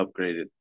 upgraded